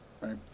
Right